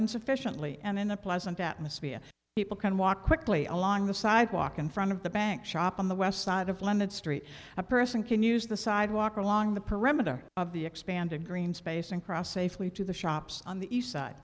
efficiently and in a pleasant atmosphere people can walk quickly along the sidewalk in front of the bank shop on the west side of london street a person can use the sidewalk along the perimeter of the expanded green space and cross safely to the shops on the east side